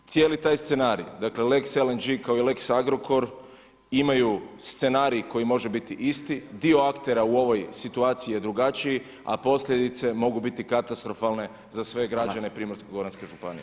Cijeli taj scenarij, dakle Lex LNG kao i lex Agrokor imaju scenarij koji možete biti isti, dio aktera u ovoj situaciji je drugačiji a posljedice mogu biti katastrofalne za sve građane Primorsko-goranske županije.